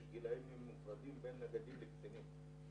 יש גילים מופרדים לנגדים ולקצינים,